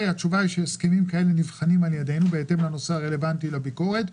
הסכמים כאלה נבחנים על ידנו בהתאם לנושא הרלוונטי לביקורת.